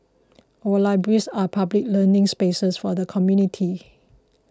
our libraries are public learning spaces for the community